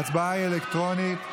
ההצבעה היא אלקטרונית.